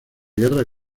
guerra